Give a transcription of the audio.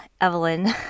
Evelyn